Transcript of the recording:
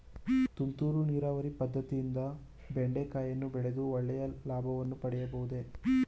ತುಂತುರು ನೀರಾವರಿ ಪದ್ದತಿಯಿಂದ ಬೆಂಡೆಕಾಯಿಯನ್ನು ಬೆಳೆದು ಒಳ್ಳೆಯ ಲಾಭವನ್ನು ಪಡೆಯಬಹುದೇ?